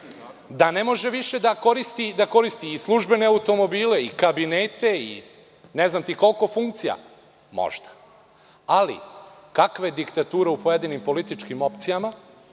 da ne može više da koristi i službene automobile i kabinete i, ne znam ti, koliko funkcija, možda. Ali, kakva je diktatura u pojedinim političkim opcijama,